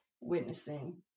witnessing